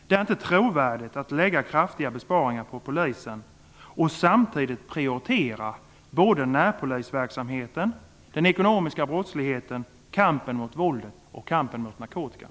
Det är inte trovärdigt att lägga kraftiga besparingar på polisen och samtidigt prioritera närpolisverksamheten, kampen mot den ekonomiska brottsligheten, våldet och narkotikan.